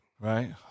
Right